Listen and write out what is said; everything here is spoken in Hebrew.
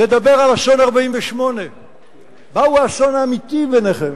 לדבר על אסון 1948. מהו האסון האמיתי בעיניכם?